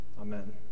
Amen